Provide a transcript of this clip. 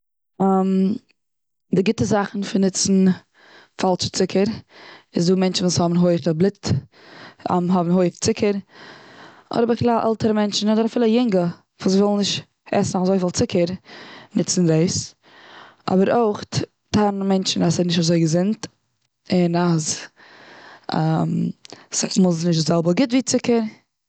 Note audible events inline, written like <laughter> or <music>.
<hesitation> די גוטע זאך פון ניצן פאלשע ציקער, איז דא מענטשן וואס האבן הויעכע בלוט <hesitation> האבן הויעך ציקער, אדער בכלל עלטערע מענטשן אדער אפילו יונגע וואס ווילן נישט עסן אזוי פיל ציקער ניצן דאס. אבער אויך טענה'ען מענטשן אז ס'נישט אזוי געזונט, אין אז <hesitation> אסאך מאל איז עס נישט די זעלבע גוט ווי ציקער.